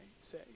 say